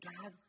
God